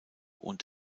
und